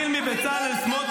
בואי, אני אקריא לך מה הוא כתב.